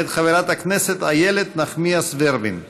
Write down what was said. מאת חברת איילת נחמיאס ורבין.